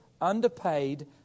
underpaid